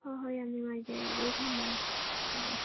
ꯍꯣꯏ ꯍꯣꯏ ꯌꯥꯝ ꯅꯨꯡꯉꯥꯏꯖꯔꯦ ꯑꯗꯨꯗꯤ ꯊꯝꯃꯒꯦ ꯎꯝ